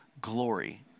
glory